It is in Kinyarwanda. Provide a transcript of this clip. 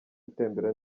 utembera